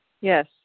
Yes